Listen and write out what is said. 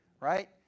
right